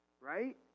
Right